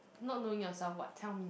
not knowing yourself [what] tell me